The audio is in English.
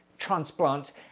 transplant